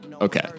okay